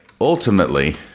ultimately